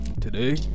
today